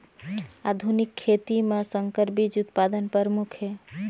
आधुनिक खेती म संकर बीज उत्पादन प्रमुख हे